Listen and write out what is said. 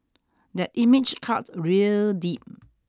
that image cut real deep